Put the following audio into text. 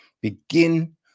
begin